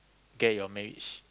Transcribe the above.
get your marriage